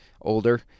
older